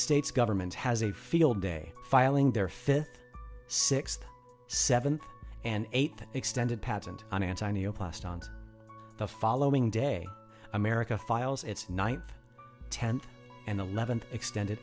states government has a field day filing their fifth sixth seventh and eighth extended patent on antonio passed on the following day america files its ninth tenth and eleventh extended